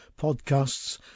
podcasts